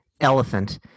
elephant